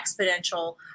exponential